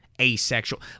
Asexual